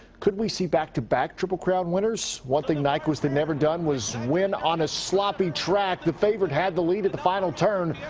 could we see back to back triple crown winners? one thing nyquist had never done was win on a sloppy track. the favorite had the lead at the final turn.